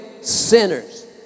sinners